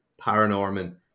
paranormal